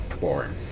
Boring